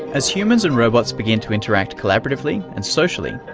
as humans and robots begin to interact collaboratively and socially,